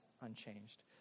unchanged